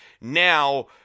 now